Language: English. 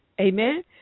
Amen